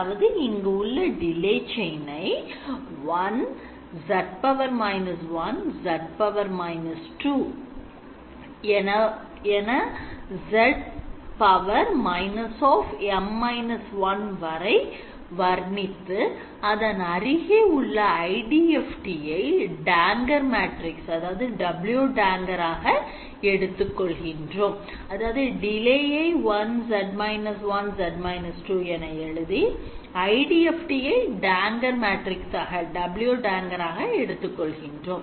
அதாவது இங்கு உள்ள delay chain ஐ 1z −1 z −2 z − M−1 என வர்ணித்து அதன் அருகே உள்ள IDFT ஐ W † எடுத்துக் கொள்கின்றோம்